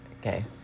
Okay